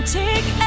take